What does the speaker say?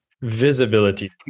Visibility